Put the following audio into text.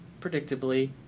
predictably